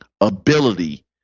ability